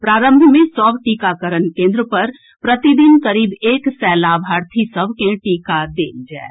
प्रारंभ मे सभ टीकाकरण केन्द्र पर प्रतिदिन करीब एक सय लाभार्थी सभ के टीका देल जाएत